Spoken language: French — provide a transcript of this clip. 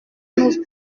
nous